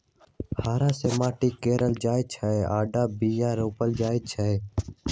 हर से माटि कोरल जाइ छै आऽ बीया रोप्ल जाइ छै